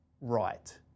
right